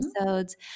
episodes